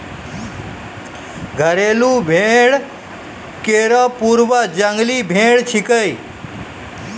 घरेलू भेड़ केरो पूर्वज जंगली भेड़ छिकै